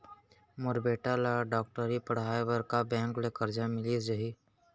मोर बेटा ल डॉक्टरी पढ़ाये बर का बैंक ले करजा मिलिस जाही?